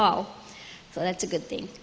hall so that's a good thing